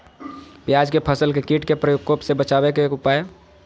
प्याज के फसल के कीट के प्रकोप से बचावे के उपाय?